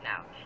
now